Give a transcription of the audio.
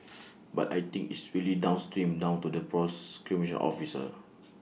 but I think it's really downstream down to the officer